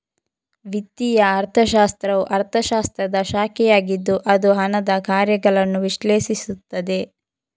ವಿತ್ತೀಯ ಅರ್ಥಶಾಸ್ತ್ರವು ಅರ್ಥಶಾಸ್ತ್ರದ ಶಾಖೆಯಾಗಿದ್ದು ಅದು ಹಣದ ಕಾರ್ಯಗಳನ್ನು ವಿಶ್ಲೇಷಿಸುತ್ತದೆ